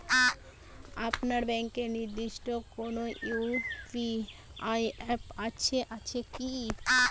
আপনার ব্যাংকের নির্দিষ্ট কোনো ইউ.পি.আই অ্যাপ আছে আছে কি?